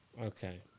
Okay